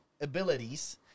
abilities